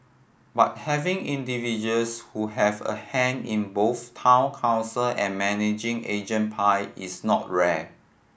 but having individuals who have a hand in both Town Council and managing agent pie is not rare